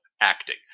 acting